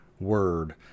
word